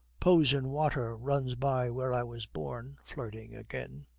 prosen water runs by where i was born flirting again,